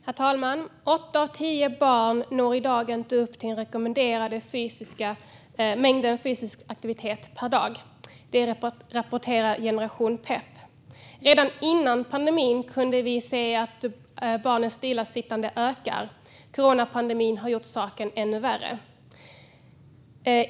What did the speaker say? Herr talman! Åtta av tio barn når i dag inte upp till den rekommenderade mängden fysisk aktivitet per dag. Det rapporterar Generation Pep. Redan före pandemin kunde vi se att barnens stillasittande ökar. Coronapandemin har gjort saken ännu värre.